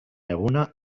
eguna